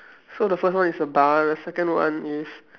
so the first is a bar the second one is